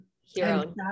hero